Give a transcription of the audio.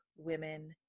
Women